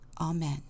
Amen